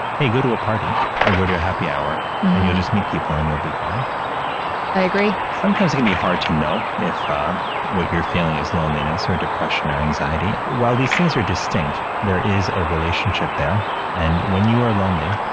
hey, go to a party or go to a happy hour and you'll just meet people and you'll be fine i agree sometimes can be hard to know if um what you're feeling is loneliness or depression or anxiety. while these things are distinct, there is a relationship there, and when you are lonely,